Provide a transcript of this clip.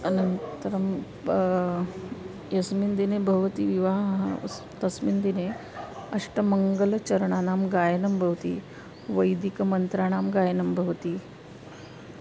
अनन्तरं प यस्मिन् दिने भवति विवाहः अस् तस्मिन् दिने अष्टमङ्गलचरणानां गायनं भवति वैदिकमन्त्राणां गायनं भवति